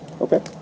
okay